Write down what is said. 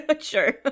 sure